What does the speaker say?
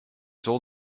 told